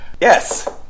yes